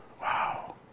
wow